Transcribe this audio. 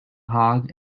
hog